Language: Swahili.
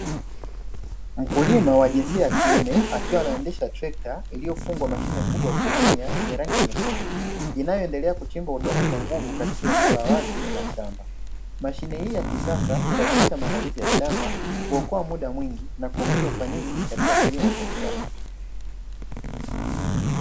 Mkulima wa jinsia ya kiume akiwa anaendesha trekta iliyofungwa Mashine kubwa ya kulimia yenye rangi nyekundu, inayoendelea kuchimba udongo kwa nguvu katika eneo la wazi la shamba, Mashine hii ya kisasa urahisisha maandalizi ya shamba, uokoa muda mwingi na kuongeza ufanisi katika kilimo cha kisasa.